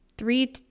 Three